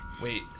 Wait